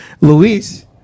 Luis